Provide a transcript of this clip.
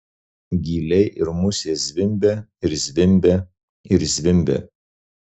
gyliai ir musės zvimbia ir zvimbia ir zvimbia